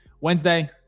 wednesday